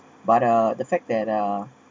but uh the fact that uh